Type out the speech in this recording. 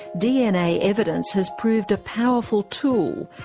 dna evidence has proved a powerful tool,